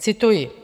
Cituji: